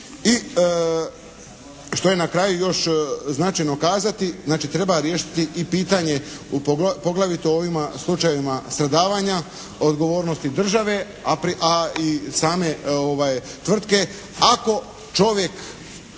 I što je na kraju još značajno kazati, znači treba riješiti i pitanje u poglavito ovima slučajevima stradavanja odgovornosti države, a i same tvrtke ako čovjek